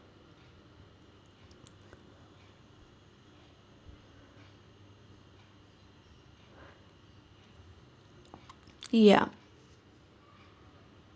ya